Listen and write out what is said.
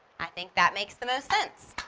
i think that makes the most sense.